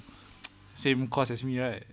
same course as me right